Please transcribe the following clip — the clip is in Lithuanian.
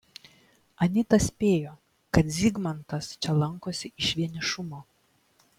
anita spėjo kad zygmantas čia lankosi iš vienišumo